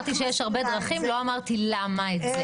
אמרתי שיש הרבה דרכים, לא אמרתי את זה.